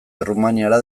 errumaniara